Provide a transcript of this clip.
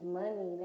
money